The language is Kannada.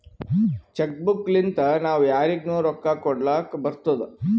ಚೆಕ್ ಬುಕ್ ಲಿಂತಾ ನಾವೂ ಯಾರಿಗ್ನು ರೊಕ್ಕಾ ಕೊಡ್ಲಾಕ್ ಬರ್ತುದ್